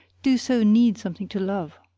do so need something to love.